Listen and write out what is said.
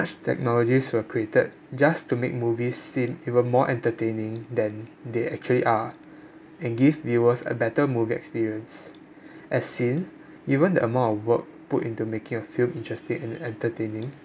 technologies were created just to make movies seem even more entertaining than they actually are and give viewers a better movie experience as seen even the amount of work put into making a film interesting and entertaining